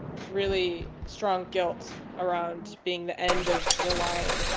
really strong guilt around being the end of the line,